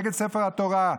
נגד ספר התורה,